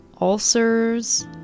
ulcers